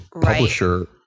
publisher